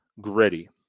gritty